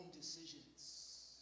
decisions